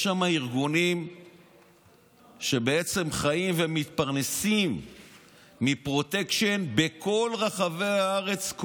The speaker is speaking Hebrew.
יש שם ארגונים שבעצם חיים ומתפרנסים מפרוטקשן בכל רחבי הארץ,